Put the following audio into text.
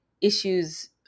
issues